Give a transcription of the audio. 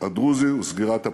הדרוזי וסגירת פערים.